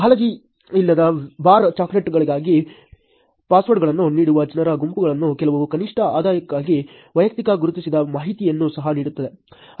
ಕಾಳಜಿಯಿಲ್ಲದೆ bar ಚಾಕೊಲೇಟ್ಗಾಗಿ ಪಾಸ್ವರ್ಡ್ಗಳನ್ನು ನೀಡುವ ಜನರ ಗುಂಪನ್ನು ಕೆಲವು ಕನಿಷ್ಠ ಆದಾಯಕ್ಕಾಗಿ ವೈಯಕ್ತಿಕ ಗುರುತಿಸಿದ ಮಾಹಿತಿಯನ್ನು ಸಹ ನೀಡುತ್ತದೆ